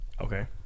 Okay